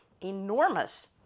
enormous